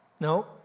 No